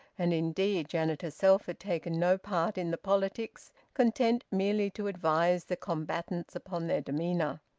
and indeed janet herself had taken no part in the politics, content merely to advise the combatants upon their demeanour.